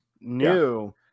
new